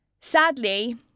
Sadly